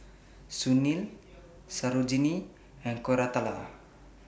Sunil Sarojini and Koratala